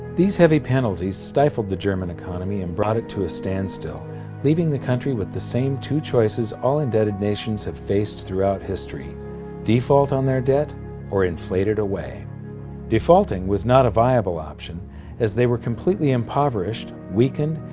these heavy penalties stifled the german economy and brought it to a standstill leaving the country with the same two choices all indebted nations have faced throughout history default on their debt or inflate it away defaulting was not a viable option as they were completely impoverished, weakened,